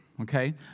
okay